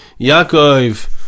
Yaakov